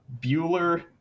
Bueller